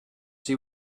see